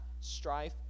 strife